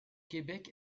québec